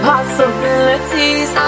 Possibilities